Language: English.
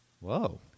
Whoa